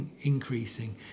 increasing